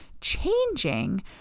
changing